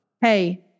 Hey